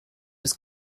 was